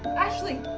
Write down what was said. ashley!